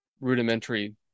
rudimentary